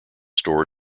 store